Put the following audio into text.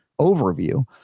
overview